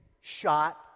shot